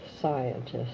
scientist